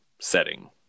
setting